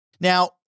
Now